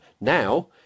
Now